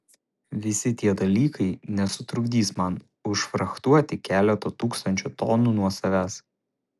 visi tie dalykai nesutrukdys man užfrachtuoti keleto tūkstančio tonų nuo savęs